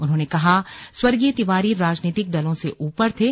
उन्होंने कहा स्वर्गीय तिवारी राजनीतिक दलों से ऊपर थे